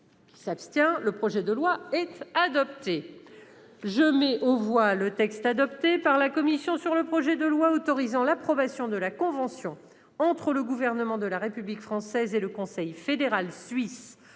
favorable à l'adoption de ce texte. Je mets aux voix le texte adopté par la commission sur le projet de loi autorisant l'approbation de la convention entre le Gouvernement de la République française et le Conseil fédéral suisse